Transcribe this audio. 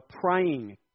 praying